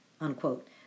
unquote